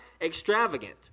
extravagant